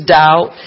doubt